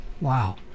Wow